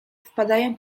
wpadają